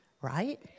right